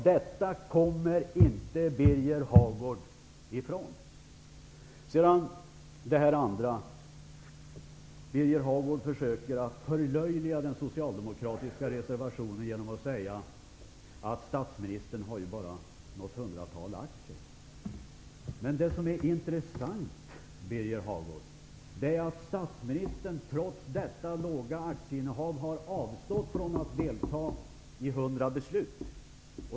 Detta kommer Birger Sedan försöker Birger Hagård förlöjliga den socialdemokratiska reservationen genom att säga att statsministern ju bara har något hundratal aktier. Men det som är intressant är att statsministern trots detta har avstått från att delta i 100 beslut.